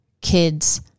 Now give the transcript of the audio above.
kids